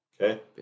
Okay